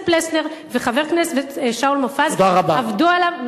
פלסנר וחבר הכנסת שאול מופז עבדו עליו.